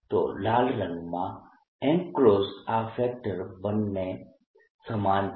તો આ લાલ રંગમાં એન્ક્લોઝડ આ ફેક્ટર બંનેમાં સમાન છે